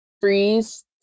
freeze